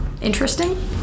Interesting